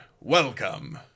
Welcome